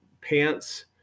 Pants